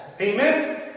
Amen